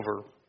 over